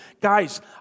Guys